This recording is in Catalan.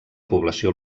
població